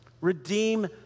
Redeem